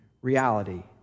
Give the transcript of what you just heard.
reality